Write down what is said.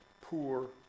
poor